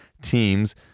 teams